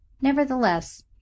Nevertheless